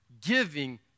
giving